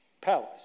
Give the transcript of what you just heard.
palace